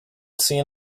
seen